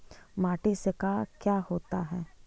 माटी से का क्या होता है?